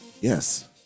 yes